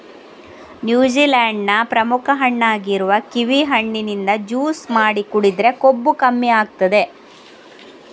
New Zealand ನ ಪ್ರಮುಖ ಹಣ್ಣಾಗಿರುವ ಕಿವಿ ಹಣ್ಣಿನಿಂದ ಜ್ಯೂಸು ಮಾಡಿ ಕುಡಿದ್ರೆ ಕೊಬ್ಬು ಕಮ್ಮಿ ಆಗ್ತದೆ